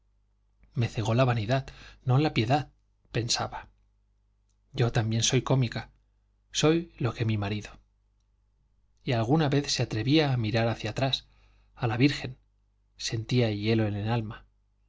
me cegó la vanidad no la piedad pensaba yo también soy cómica soy lo que mi marido si alguna vez se atrevía a mirar hacia atrás a la virgen sentía hielo en el alma